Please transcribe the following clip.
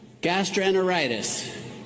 gastroenteritis